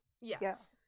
Yes